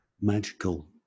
magical